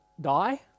die